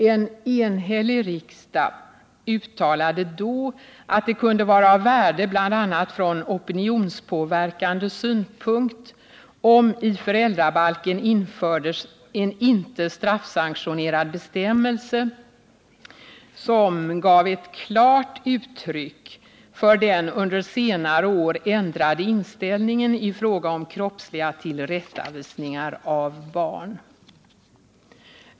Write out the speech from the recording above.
En enhällig riksdag uttalade då att det kunde vara av värde bl.a. från opinionspåverkande synpunkt om i föräldrabalken infördes en inte straff sanktionerad bestämmelse som gav ett klart uttryck för den under senare år ändrade inställningen i fråga om kroppsliga tillrättavisningar av barn.